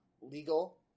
legal